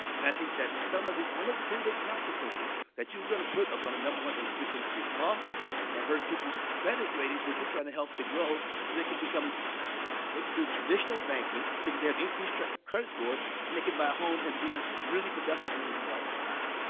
and i think that some of the unintended consequences that you're going to put are going to, number one, increase increase costs and hurt people's credit ratings, which we're trying to help to grow so they can become they can do traditional banking because they have increased credit scores, and they can buy a home and be really productive members of our society.